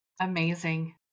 Amazing